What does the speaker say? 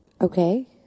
Okay